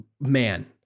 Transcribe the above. man